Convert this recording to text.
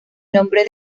nombre